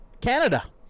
Canada